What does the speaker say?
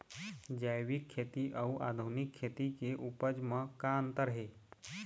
जैविक खेती अउ आधुनिक खेती के उपज म का अंतर हे?